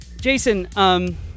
Jason